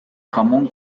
jamón